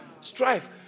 Strife